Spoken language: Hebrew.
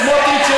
סמוטריץ,